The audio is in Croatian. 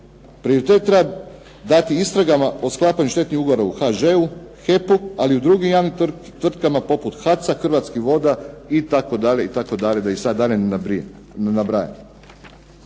Prioritet treba dati istragama o sklapanju štetnih ugovora u HŽ-u, HEP-u, ali i u drugim javnim tvrtkama HAC-a, Hrvatskih voda itd., itd., da